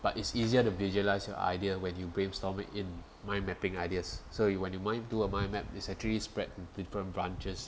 but it's easier to visualize your idea when you brainstorming in mind mapping ideas so you when you mind do a mind mapping is actually spread different branches